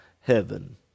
heaven